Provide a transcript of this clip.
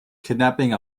kidnapping